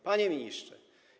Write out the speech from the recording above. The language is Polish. Panie Ministrze!